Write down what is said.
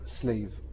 slave